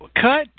Cut